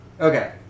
Okay